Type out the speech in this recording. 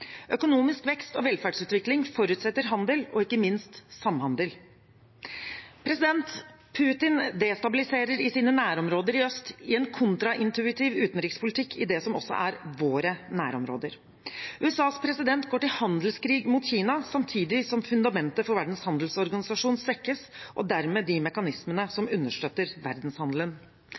Økonomisk vekst og velferdsutvikling forutsetter handel og ikke minst samhandel. Putin destabiliserer i sine nærområder i øst, i en kontraintuitiv utenrikspolitikk, i det som også er våre nærområder. USAs president går til handelskrig mot Kina samtidig som fundamentet for Verdens handelsorganisasjon svekkes – og dermed de mekanismene som understøtter verdenshandelen.